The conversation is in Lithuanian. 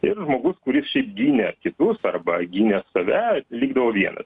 ir žmogus kuris šiaip gynė kitus arba gynė save likdavo vienas